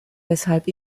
weshalb